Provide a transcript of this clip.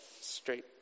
straight